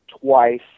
twice